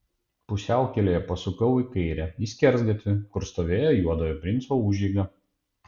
pusiaukelėje pasukau į kairę į skersgatvį kur stovėjo juodojo princo užeiga